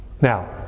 Now